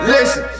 Listen